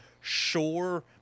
Sure